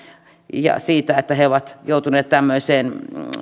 ja siitä että he ovat joutuneet tämmöisen